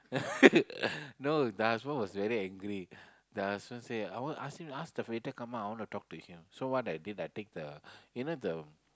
no the husband was very angry the husband say I want ask him ask the waiter come out I want to talk to him so what I did I take the you know the